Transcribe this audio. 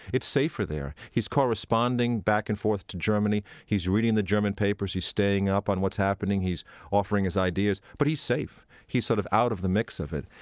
it's safer there. he's corresponding back and forth to germany. he's reading the german papers. he's staying up on what's happening. he's offering his ideas, but he's safe. he's sort of out of the mix of it.